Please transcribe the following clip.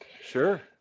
sure